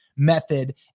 Method